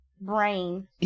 brain